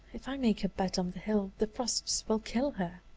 if i make her bed on the hill, the frosts will kill her.